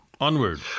onward